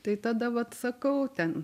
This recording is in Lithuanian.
tai tada vat sakau ten